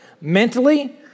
Mentally